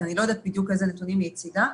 אני לא יודעת בדיוק איזה נתונים היא הציגה,